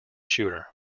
shooter